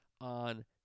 on